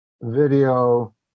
video